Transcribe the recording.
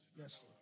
Yes